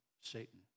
Satan